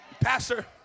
Pastor